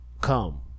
Come